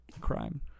crime